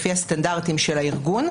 לפי הסטנדרטים של הארגון,